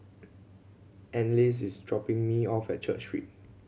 Anneliese is dropping me off at Church Street